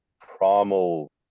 primal